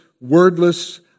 wordless